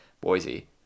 Boise